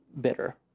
bitter